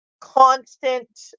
Constant